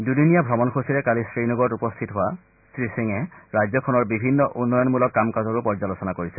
দুদিনীয়া ভ্ৰমণসূচীৰে কালি শ্ৰীনগৰত উপস্থিত হোৱা শ্ৰীসিঙে ৰাজ্যখনৰ বিভিন্ন উন্নয়নমূলক কাম কাজৰো পৰ্যালোচনা কৰিছে